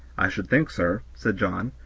i should think, sir, said john,